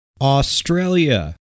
Australia